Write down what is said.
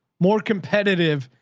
more competitive.